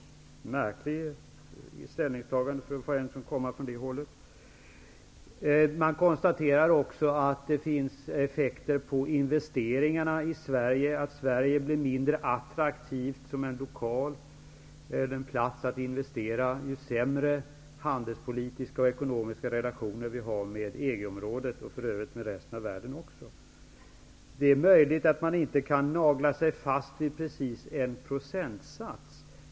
Ett märkligt ställningstagande för att komma från det hållet. Man konstaterar också att det får effekter på investeringarna i Sverige. Sverige blir mindre attraktivt som en plats att investera på, ju sämre handelspolitiska och ekonomiska relationer vi har med EG-området och för övrigt med resten av världen. Det är möjligt att man inte kan nagla sig fast vid en precis procentsats.